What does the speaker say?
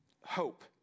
hope